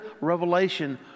revelation